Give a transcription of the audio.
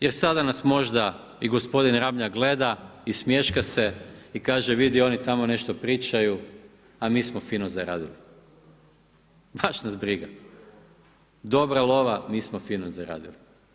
Jer sada nas možda i gospodin Ramljak gleda i smješka se i kaže, vidi oni tamo nešto pričaju, a mi smo fino zaradili, baš nas briga, dobra lova, mi smo fino zaradili.